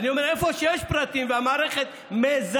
אני אומר, איפה שיש פרטים, והמערכת מזהה,